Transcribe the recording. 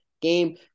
game